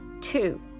Two